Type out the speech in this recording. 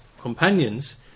companions